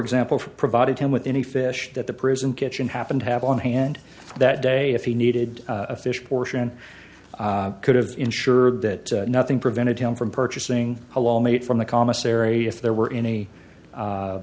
example for provided him with any fish that the prison kitchen happen to have on hand that day if he needed a fish portion could have ensured that nothing prevented him from purchasing a long mate from the commissary if there were any a